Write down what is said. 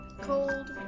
Cold